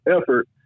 effort